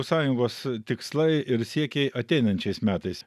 sąjungos tikslai ir siekiai ateinančiais metais